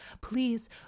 Please